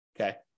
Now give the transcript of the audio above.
okay